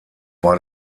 war